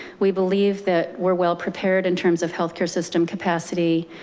we believe that we're well prepared in terms of healthcare system capacity,